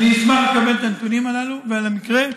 אני אשמח לקבל את הנתונים הללו על המקרה,